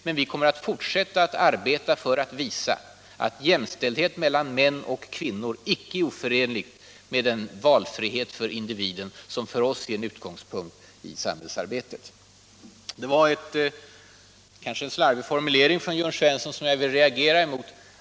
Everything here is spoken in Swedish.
Men vi kommer att fortsätta att arbeta för att visa att jämställdhet mellan män och kvinnor icke är oförenlig med en valfrihet för individen, som för oss är en utgångspunkt i samhällsarbetet. Det var en, kanske slarvig, formulering i Jörn Svenssons inlägg som jag vill reagera emot.